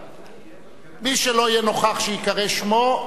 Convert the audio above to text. מי שלא יהיה נוכח כשייקרא שמו,